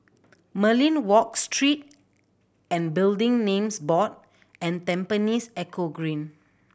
Merlion Walk Street and Building Names Board and Tampines Eco Green